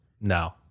No